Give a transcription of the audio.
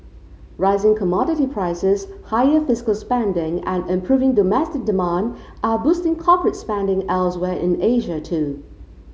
rising commodity prices higher fiscal spending and improving domestic demand are boosting corporate spending elsewhere in Asia too